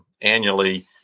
annually